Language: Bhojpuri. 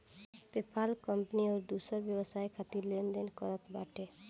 पेपाल कंपनी अउरी दूसर व्यवसाय खातिर लेन देन करत बाटे